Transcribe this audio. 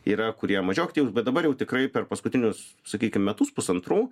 yra kurie mažiau aktyvūs bet dabar jau tikrai per paskutinius sakykim metus pusantrų